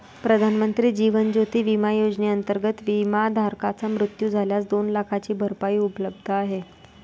प्रधानमंत्री जीवन ज्योती विमा योजनेअंतर्गत, विमाधारकाचा मृत्यू झाल्यास दोन लाखांची भरपाई उपलब्ध आहे